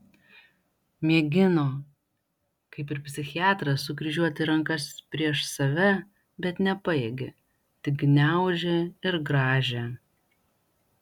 mėgino kaip ir psichiatras sukryžiuoti rankas prieš save bet nepajėgė tik gniaužė ir grąžė